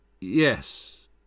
Yes